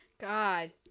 God